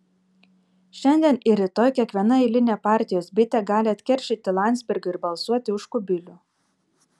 šiandien ir rytoj kiekviena eilinė partijos bitė gali atkeršyti landsbergiui ir balsuoti už kubilių